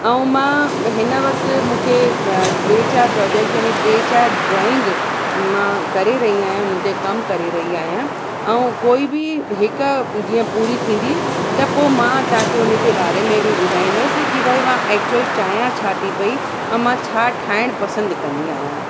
ऐं मां हिन वक़्तु मूंखे टे चारि प्रोजेक्ट यानि टे चारि ड्रॉइंग मां करे रही आहियां हुन ते कमु करे रही आहियां ऐं कोई बि हिकु जीअं पूरी थींदी त पोइ मां तव्हांखे हुनजे बारे में बि ॿुधाईंदसि कि भई मां एक्चुअल चाहियां छा थी पेई ऐं मां छा ठाहिण पसंदि कंदी आहियां